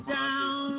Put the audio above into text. down